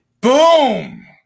Boom